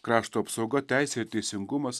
krašto apsauga teisė ir teisingumas